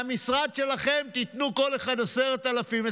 מהמשרד שלכם תיתנו כל אחד 10,000,